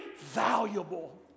valuable